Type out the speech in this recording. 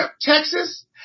Texas